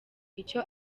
icyo